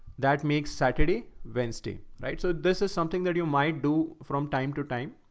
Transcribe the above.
that makes saturday, wednesday, right? so this is something that you might do from time to time